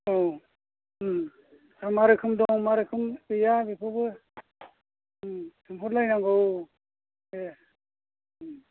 औ मा रोखोम दं मा रोखोम गैया बेखौबो ओं सोंहरलायनांगौ दे ओं